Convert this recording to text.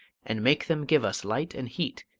and make them give us light and heat,